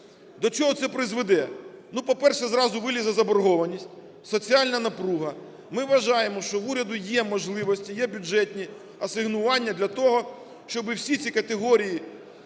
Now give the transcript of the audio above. До чого це призведе? По-перше, зразу вилізе заборгованість, соціальна напруга. Ми вважаємо, що в уряду є можливості, є бюджетні асигнування для того, щоби всі ці категорії,